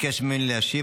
שביקש ממני להשיב.